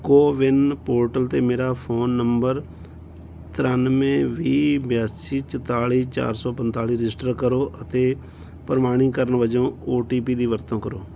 CoWIN portal 'ਤੇ ਮੇਰਾ phone number ਤ੍ਰਿਆਨਵੇਂ ਵੀਹ ਬਿਆਸੀ ਚਤਾਲੀ ਚਾਰ ਸੌ ਪੰਤਾਲੀ ਰਜਿਸਟਰ ਕਰੋ ਅਤੇ ਪ੍ਰਮਾਣੀਕਰਨ ਵਜੋਂ ਓ ਟੀ ਪੀ ਦੀ ਵਰਤੋਂ ਕਰੋ